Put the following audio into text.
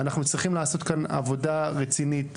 אנחנו צריכים לעשות כאן עבודה רצינית,